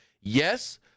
Yes